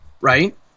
right